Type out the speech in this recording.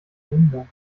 verhindern